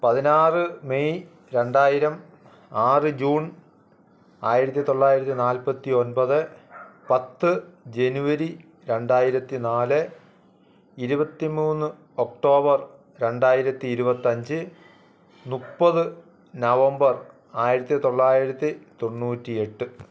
പതിനാറ് മെയ് രണ്ടായിരം ആറ് ജൂൺ ആയിരത്തി തൊള്ളായിരത്തി നാൽപ്പത്തി ഒൻപത് പത്ത് ജെനുവരി രണ്ടായിരത്തി നാല് ഇരുപത്തി മൂന്ന് ഒക്ടോബർ രണ്ടായിരത്തി ഇരുപത്തഞ്ച് മുപ്പത് നവംബർ ആയിരത്തി തൊള്ളായിരത്തി തൊണ്ണൂറ്റി എട്ട്